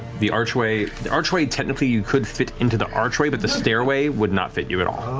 the archway the archway technically, you could fit into the archway, but the stairway would not fit you at all.